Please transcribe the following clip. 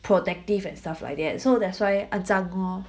productive and stuff like that so that's why 肮脏咯